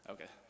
Okay